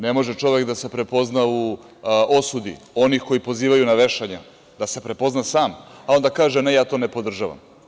Ne može čovek da se prepozna u osudi onih koji pozivaju na vešanja, da se prepozna sam, a onda kaže – ne, ja to ne podržavam.